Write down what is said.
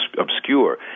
obscure